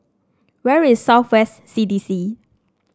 where is South West C D C